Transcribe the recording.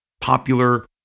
popular